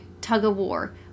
tug-of-war